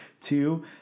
two